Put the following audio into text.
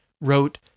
wrote